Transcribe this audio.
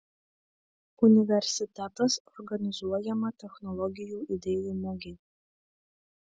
universitetas organizuojama technologijų idėjų mugė